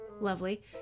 lovely